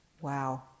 wow